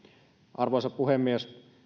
arvoisa puhemies